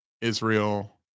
Israel